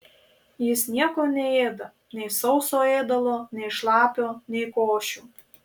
jis nieko neėda nei sauso ėdalo nei šlapio nei košių